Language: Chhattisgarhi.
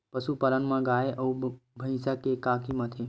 पशुपालन मा गाय अउ भंइसा के का कीमत हे?